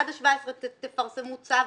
עד ה-17 בחודש תפרסמו צו